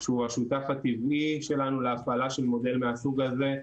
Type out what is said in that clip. שהוא השותף הטבעי שלנו להפעלה של מודל מהסוג הזה,